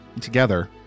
together